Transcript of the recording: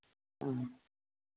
ह्म्म